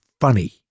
funny